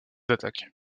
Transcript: attaquent